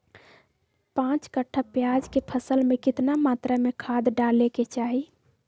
पांच कट्ठा प्याज के फसल में कितना मात्रा में खाद डाले के चाही?